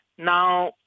Now